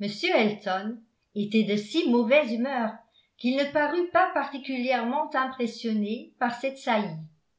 m elton était de si mauvaise humeur qu'il ne parut pas particulièrement impressionné par cette saillie